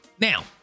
now